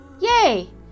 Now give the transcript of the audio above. Yay